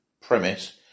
premise